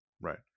Right